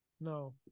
No